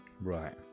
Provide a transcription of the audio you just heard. Right